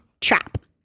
trap